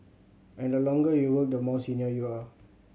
and the longer you work the more senior you are